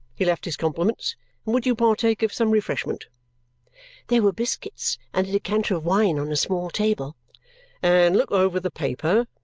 he left his compliments, and would you partake of some refreshment there were biscuits and a decanter of wine on a small table and look over the paper,